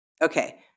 Okay